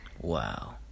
Wow